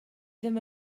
ddim